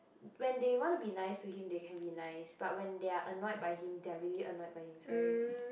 when they want to be nice to him they can be nice but when they are annoyed by him they really annoyed by him sorry